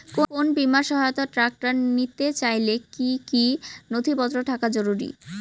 কোন বিমার সহায়তায় ট্রাক্টর নিতে চাইলে কী কী নথিপত্র থাকা জরুরি?